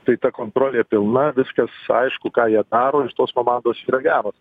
tai ta kontrolė pilna viskas aišku ką jie daro ir tos komandos yra geros